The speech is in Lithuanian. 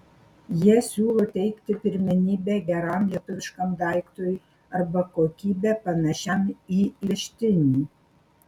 jie siūlo teikti pirmenybę geram lietuviškam daiktui arba kokybe panašiam į įvežtinį